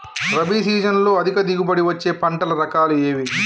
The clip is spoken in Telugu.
రబీ సీజన్లో అధిక దిగుబడి వచ్చే పంటల రకాలు ఏవి?